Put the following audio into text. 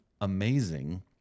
amazing